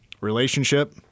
relationship